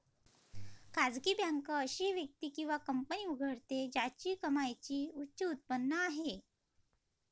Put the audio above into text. खासगी बँक अशी व्यक्ती किंवा कंपनी उघडते ज्याची कमाईची उच्च उत्पन्न आहे